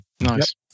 Nice